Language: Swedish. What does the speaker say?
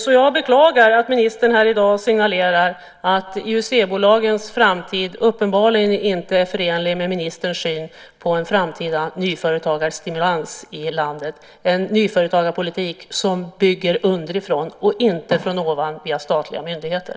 Så jag beklagar att ministern här i dag signalerar att IUC-bolag uppenbarligen inte är förenligt med ministerns syn på en framtida nyföretagarstimulans i landet, med en nyföretagarpolitik som bygger underifrån, inte ovanifrån via statliga myndigheter.